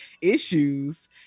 issues